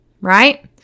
right